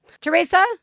Teresa